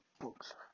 books